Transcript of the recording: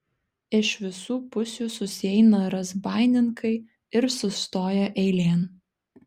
iš visų pusių susieina razbaininkai ir sustoja eilėn